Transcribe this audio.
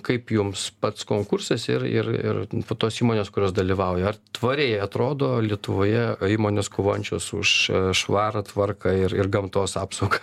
kaip jums pats konkursas ir ir ir po tos įmonės kurios dalyvauja ar tvariai atrodo lietuvoje įmonės kovojančios už švarą tvarką ir ir gamtos apsauga